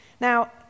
Now